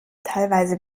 teilweise